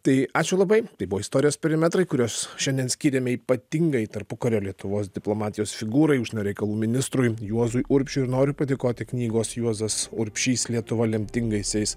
tai ačiū labai tai buvo istorijos perimetrai kurios šiandien skyrėme ypatingai tarpukario lietuvos diplomatijos figūrai užseinio reikalų ministrui juozui urbšiui ir noriu padėkoti knygos juozas urbšys lietuva lemtingaisiais